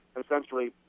essentially